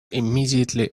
immediately